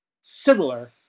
similar